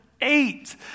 eight